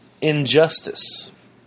injustice